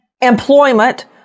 Employment